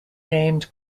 named